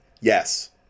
Yes